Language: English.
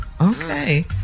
Okay